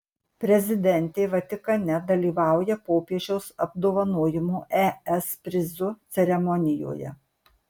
prezidentė vatikane dalyvauja popiežiaus apdovanojimo es prizu ceremonijoje